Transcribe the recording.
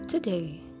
Today